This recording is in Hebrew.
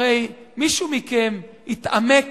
הרי מישהו מכם התעמק